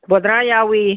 ꯕꯣꯗ꯭ꯔꯥ ꯌꯥꯎꯏ